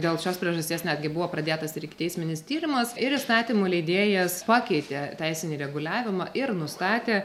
dėl šios priežasties netgi buvo pradėtas ir ikiteisminis tyrimas ir įstatymų leidėjas pakeitė teisinį reguliavimą ir nustatė